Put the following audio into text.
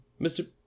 Mr